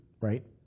right